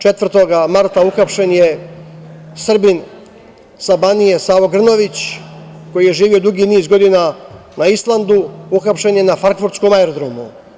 Četvrtog marta uhapšen je Srbin sa Banije Savo Grnović, koji je živeo dugi niz godina na Islandu, uhapšen je na frankfurtskom aerodromu.